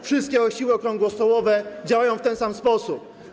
Wszystkie siły okrągłostołowe działają w ten sam sposób.